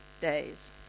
days